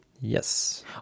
Yes